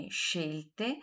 scelte